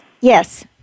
Yes